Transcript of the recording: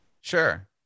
Sure